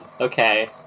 Okay